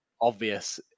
obvious